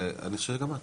אני חושב שגם את,